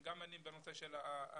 גם מניעים את הדיור